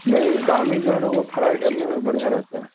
نہیں بام جو ہے نا وہ فرائی کرنے میں بڑھیا رہتا ہے